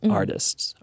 artists